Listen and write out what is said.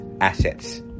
assets